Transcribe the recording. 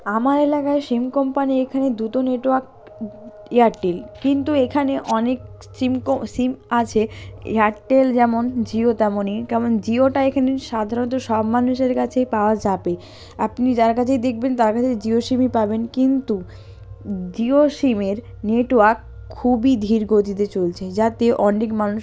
আমার এলাকায় sim company এখানে দুটো নেটওয়ার্ক এয়ারটেল কিন্তু এখানে অনেক চিম কো সিম আছে এয়ারটেল যেমন জিও তেমনই কেমন জিওটা এখানে সাধরণত সব মানুষের কাছে পাওয়া যাবে আপনি যার কাছেই দেখবেন তার কাছেই জিও সিমই পাবেন কিন্তু জিও সিমের নেটওয়ার্ক খুবই ধীর গতিতে চলছে যাতে অনেক মানুষ